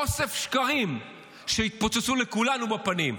אוסף שקרים שיתפוצצו לכולנו בפנים.